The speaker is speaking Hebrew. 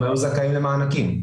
הם היו זכאים למענקים.